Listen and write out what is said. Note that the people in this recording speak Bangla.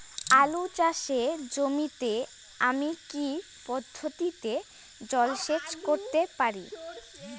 আলু চাষে জমিতে আমি কী পদ্ধতিতে জলসেচ করতে পারি?